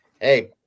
hey